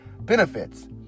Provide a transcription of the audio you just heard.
benefits